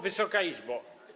Wysoka Izbo!